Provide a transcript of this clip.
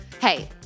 Hey